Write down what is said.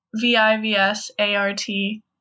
V-I-V-S-A-R-T